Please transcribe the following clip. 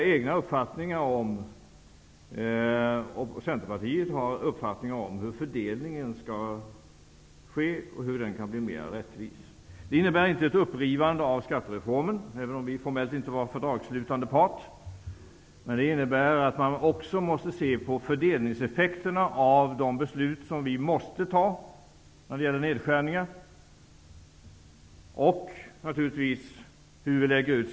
Centerpartiet har framfört uppfattningar om hur fördelningen skall ske för att bli mer rättvis. Det här innebär inte att skattereformen skall rivas upp, även om Centerpartiet formellt inte var fördragsslutande part. Men det innebär att vi måste se på fördelningseffekterna av de beslut som vi måste fatta när det gäller nedskärningar och hur skatter och avgifter läggs ut.